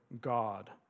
God